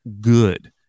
good